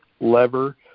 lever